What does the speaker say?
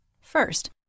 First